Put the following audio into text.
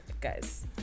Guys